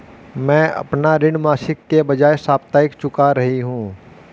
मैं अपना ऋण मासिक के बजाय साप्ताहिक चुका रही हूँ